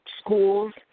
schools